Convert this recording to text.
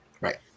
Right